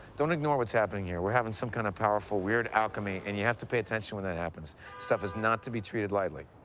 don't ignore what's happening here. we're having some kind of powerful, weird alchemy, and you have to pay attention when that happens. this stuff is not to be treated lightly.